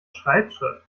schreibschrift